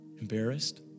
Embarrassed